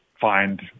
find